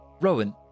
Rowan